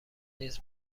نیز